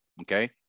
okay